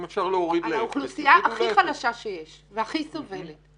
אם אפשר להוריד לאפס -- על האוכלוסייה הכי חלשה שיש והכי סובלת.